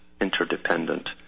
interdependent